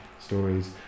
stories